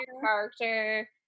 character